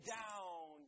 down